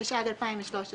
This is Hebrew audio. התשע"ג-2013"; (2)